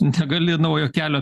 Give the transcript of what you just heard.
negali naujo kelio